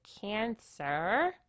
cancer